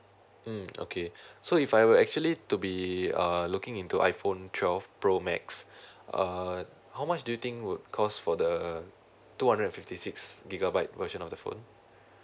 mm okay so if I were actually to be uh looking into iPhone twelve pro max uh how much do you think would cost for the two hundred and fifty six gigabyte version of the phone